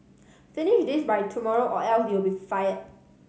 finish this by tomorrow or else you'll be fired